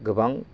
गोबां